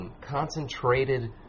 Concentrated